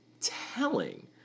telling